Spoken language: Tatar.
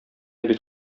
бит